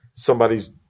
somebody's